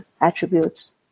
attributes